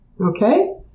Okay